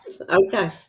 Okay